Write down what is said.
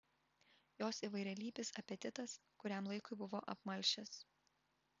jos įvairialypis apetitas kuriam laikui buvo apmalšęs